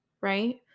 right